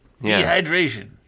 Dehydration